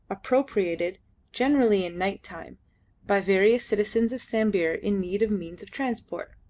appropriated generally in night-time by various citizens of sambir in need of means of transport.